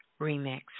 Remix